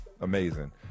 amazing